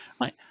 right